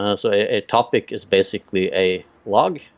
and so a topic is basically a log,